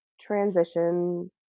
transition